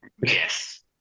yes